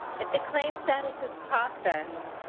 if the claim status is processed,